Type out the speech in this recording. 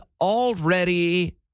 already